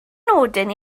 nodyn